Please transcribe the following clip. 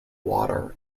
water